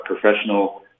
professional